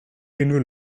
unrhyw